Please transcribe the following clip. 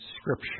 Scripture